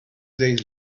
days